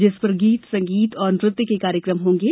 जिस पर गीत संगीत और नृत्य के कार्यक्रम होंगे